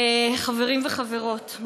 חברים וחברות,